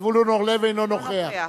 אינו נוכח